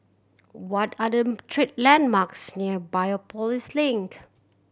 what are the landmarks near Biopolis Link